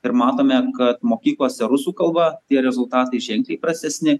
ir matome kad mokyklose rusų kalba tie rezultatai ženkliai prastesni